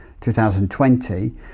2020